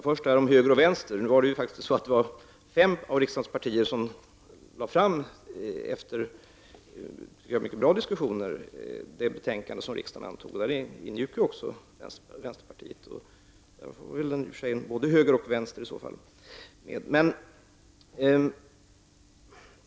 Herr talman! Först när det gäller detta om höger och vänster. Det var faktiskt fem av riksdagens partier som, efter mycket bra diskussioner, lade fram det betänkande som riksdagen antog. Där ingick även vänsterpartiet, så både höger och vänster var väl med.